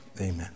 amen